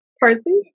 Parsley